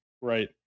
right